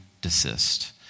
desist